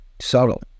subtle